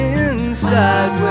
inside